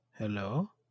Hello